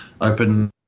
open